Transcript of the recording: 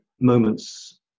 moments